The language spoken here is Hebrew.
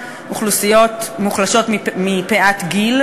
אוכלוסיות מוחלשות מפאת גיל,